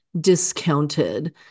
discounted